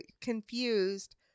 confused